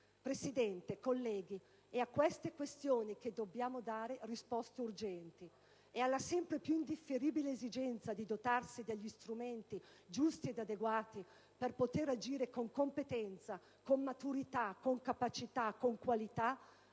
Presidente, colleghi, è a queste questioni che dobbiamo dare risposte urgenti: è sulla sempre più indifferibile esigenza di dotarsi degli strumenti giusti ed adeguati per poter agire con competenza, con maturità, con capacità, con qualità